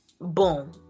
boom